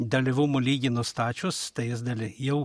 dalyvumo lygį nustačius tai jis dalį jau